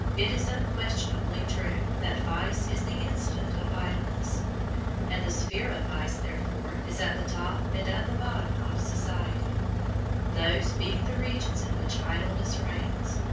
it is unquestionably true that vice is the incident of idleness and the sphere of vice, therefore, is at the top and at the bottom of society those being the regions in which idleness reigns.